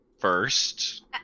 First